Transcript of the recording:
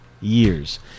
years